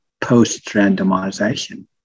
post-randomization